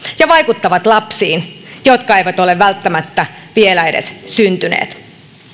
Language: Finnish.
ja vaikuttavat lapsiin jotka eivät ole välttämättä vielä edes syntyneet